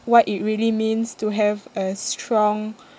what it really means to have a strong